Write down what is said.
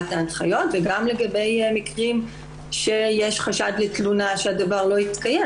ההנחיות וגם לגבי המקרים שיש חשד לתלונה שהדבר לא יתקיים.